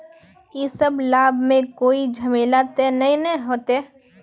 इ सब लाभ में कोई झमेला ते नय ने होते?